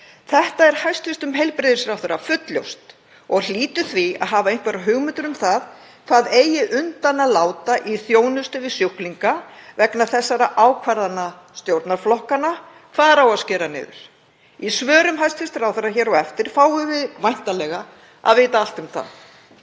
Þetta er hæstv. heilbrigðisráðherra fullljóst og hlýtur því að hafa einhverjar hugmyndir um hvað eigi undan að láta í þjónustu við sjúklinga vegna þessara ákvarðana stjórnarflokkanna. Hvar á að skera niður? Í svörum hæstv. ráðherra hér á eftir fáum við væntanlega að vita allt um það.